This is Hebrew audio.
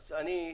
אומר.